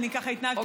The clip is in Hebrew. שככה התנהגתי,